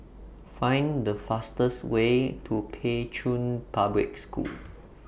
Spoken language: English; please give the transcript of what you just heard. Find The fastest Way to Pei Chun Public School